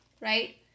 Right